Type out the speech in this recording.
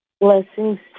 blessings